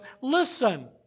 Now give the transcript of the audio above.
listen